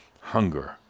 hunger